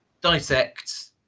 dissect